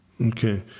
Okay